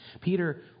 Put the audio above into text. peter